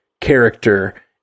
character